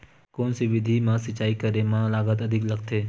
कोन सा विधि म सिंचाई करे म लागत अधिक लगथे?